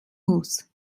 muss